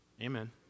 Amen